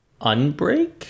Unbreak